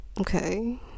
Okay